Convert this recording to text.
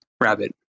rabbit